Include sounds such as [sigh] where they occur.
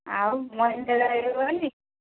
ଆଉ [unintelligible] ଯାଇ ହେବନି